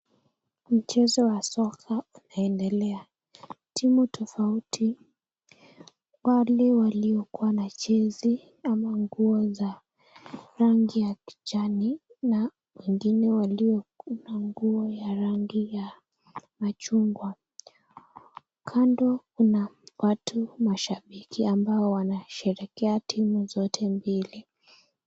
Mchezo wa soka unaendelea, timu tofauti, wale waliokuwa na jezi ama nguo za rangi ya kijani na wengine walio kuwa na rangi ya machungwa. Kando kuna watu mashabiki wote wanasherehekea timu zote mbili.